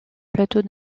tableau